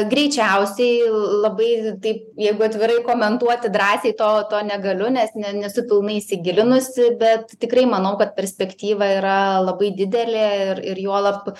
greičiausiai labai taip jeigu atvirai komentuoti drąsiai to to negaliu nes ne nesu pilnai įsigilinusi bet tikrai manau kad perspektyva yra labai didelė ir ir juolab